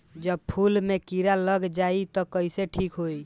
जब फूल मे किरा लग जाई त कइसे ठिक होई?